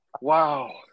Wow